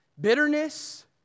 bitterness